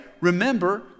remember